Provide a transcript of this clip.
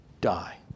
die